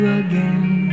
again